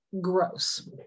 gross